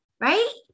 Right